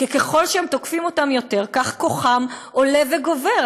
כי ככל שתוקפים אותם יותר כך כוחם עולה וגובר.